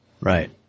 Right